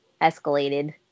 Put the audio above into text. escalated